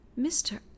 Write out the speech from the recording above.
Mr